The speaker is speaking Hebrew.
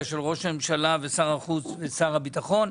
של ראש הממשלה ושר החוץ ושר הביטחון,